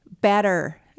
better